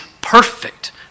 perfect